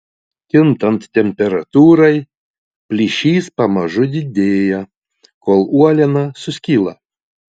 kintant temperatūrai plyšys pamažu didėja kol uoliena suskyla